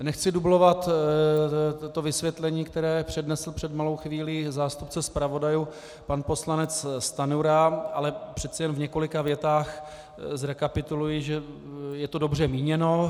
Nechci dublovat to vysvětlení, které přednesl před malou chvílí zástupce zpravodajů pan poslanec Stanjura, ale přeci jen v několika větách zrekapituluji, že je to dobře míněno.